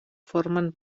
formen